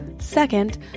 Second